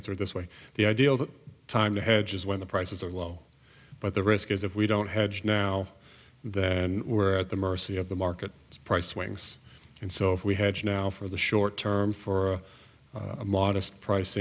what this way the ideal time to hedge is when the prices are low but the risk is if we don't hedge now then we're at the mercy of the market price swings and so if we had to now for the short term for a modest price